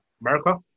America